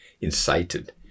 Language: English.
incited